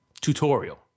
tutorial